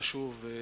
חשוב עבורם.